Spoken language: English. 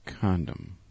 Condom